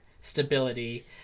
stability